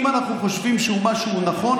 אם אנחנו חושבים שהוא משהו נכון,